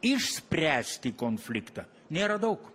išspręsti konfliktą nėra daug